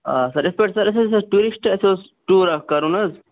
آ سَر یِتھٕ پٲٹھۍ سَر اسہِ ٲسۍ حظ ٹوٗرِسٹہٕ اَسہِ اوس ٹوٗر اکھ کٔرُن حظ